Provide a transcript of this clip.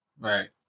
Right